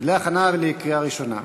להכנה לקריאה ראשונה.